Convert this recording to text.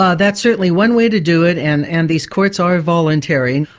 um that's certainly one way to do it, and and these courts are voluntary.